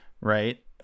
Right